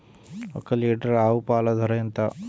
ఒక్క లీటర్ ఆవు పాల ధర ఎంత?